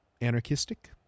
anarchistic